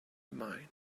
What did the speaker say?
mind